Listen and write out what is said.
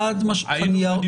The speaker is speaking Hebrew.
חד משמעית, בוודאי.